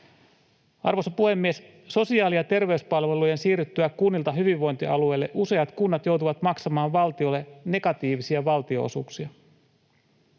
Arvoisa puhemies! Sosiaali- ja terveyspalvelujen siirryttyä kunnilta hyvinvointialueille useat kunnat joutuvat maksamaan valtiolle negatiivisia valtionosuuksia.